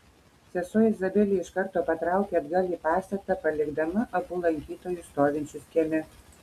sesuo izabelė iš karto patraukė atgal į pastatą palikdama abu lankytojus stovinčius kieme